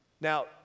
Now